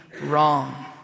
wrong